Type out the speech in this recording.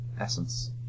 essence